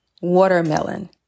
watermelon